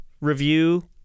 review